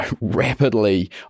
rapidly